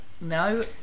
No